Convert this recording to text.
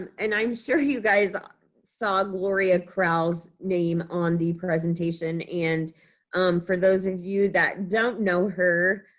and and i'm sure you guys ah saw gloria crowell's name on the presentation. and for those of you that don't know her,